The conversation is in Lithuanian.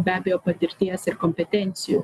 be abejo patirties ir kompetencijų